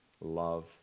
love